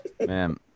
Man